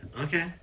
okay